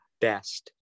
best